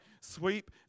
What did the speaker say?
sweep